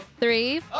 three